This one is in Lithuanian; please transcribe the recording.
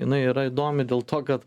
jinai yra įdomu dėl to kad